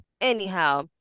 Anyhow